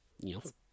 Yes